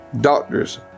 doctors